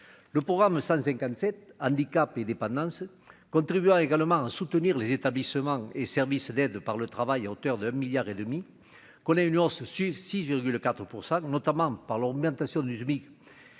le programme 157 Handicap et dépendance contribuera également à soutenir les établissements et services d'aide par le travail à hauteur d'un milliard et demi qu'on a une on suivent 6,4 % notamment par l'augmentation du SMIC